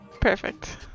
Perfect